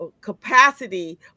capacity